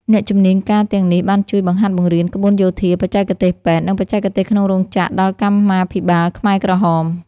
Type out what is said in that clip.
អ្នកជំនាញការទាំងនេះ បានជួយ បង្ហាត់បង្រៀនក្បួនយោធា បច្ចេកទេសពេទ្យ និងបច្ចេកទេសក្នុងរោងចក្រដល់កម្មាភិបាលខ្មែរក្រហម។